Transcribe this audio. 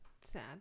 sad